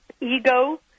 ego